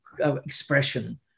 expression